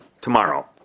tomorrow